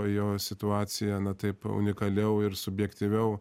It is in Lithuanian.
jo situaciją na taip unikaliau ir subjektyviau